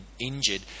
injured